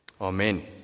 Amen